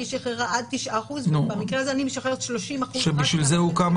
היא שחררה את 9%. במקרה הזה אני משחררת 30%. בסדר,